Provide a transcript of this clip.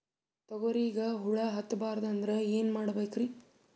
ತೊಗರಿಗ ಹುಳ ಹತ್ತಬಾರದು ಅಂದ್ರ ಏನ್ ಮಾಡಬೇಕ್ರಿ?